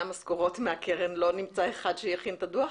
המשכורות מהקרן לא נמצא אחד שיכין את הדו"ח?